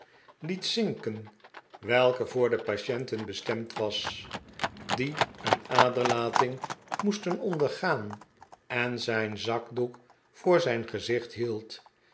liet zinken welke voor de patienten bestemd was die een aderlating moesten ondergaan en zijn zakdoek voor zijn gezicht hield